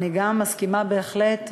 אני גם מסכימה בהחלט,